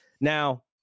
Now